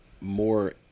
more